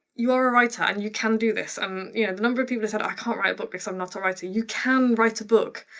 you are a writer and you can do this. and, um you know, the number of people who said i can't write a book because i'm not a writer. you can write a book.